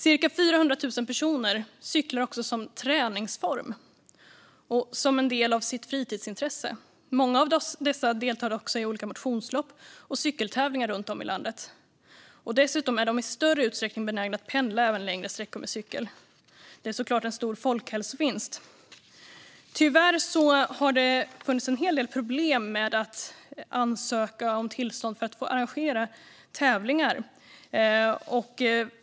Cirka 400 000 personer cyklar som träningsform och som en del av sitt fritidsintresse. Många av dessa deltar också i olika motionslopp och cykeltävlingar runt om i landet. Dessutom är de i större utsträckning benägna att pendla, även längre sträckor, med cykel. Det är såklart en stor folkhälsovinst. Tyvärr har det funnits en hel del problem med att ansöka om tillstånd för att få arrangera tävlingar.